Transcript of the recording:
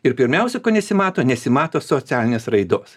ir pirmiausia ko nesimato nesimato socialinės raidos